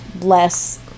less